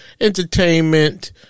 entertainment